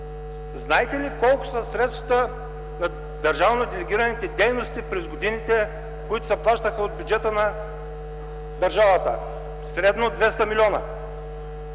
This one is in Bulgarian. знаете ли колко са средствата на държавно делегираните дейности през годините, които се плащаха от бюджета на държавата? Средно 200 милиона.